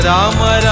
Rama